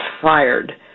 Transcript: fired